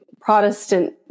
Protestant